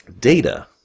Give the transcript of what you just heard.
Data